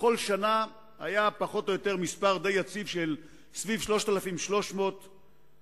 בכל שנה היה פחות או יותר מספר די יציב של סביב 3,300 הברחות